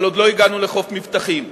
אבל עוד לא הגענו לחוף מבטחים.